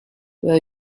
will